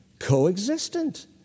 Coexistent